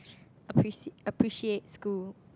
apprece~ appreciate school